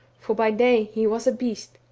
for by day he was a beast,